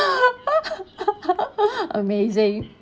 amazing